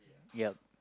yup